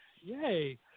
yay